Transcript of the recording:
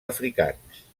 africans